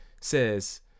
says